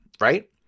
Right